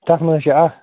تَتھ منٛز حظ چھِ اَکھ